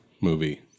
movie